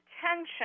tension